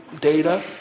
data